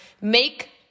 make